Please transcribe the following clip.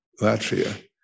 Latvia